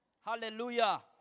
Hallelujah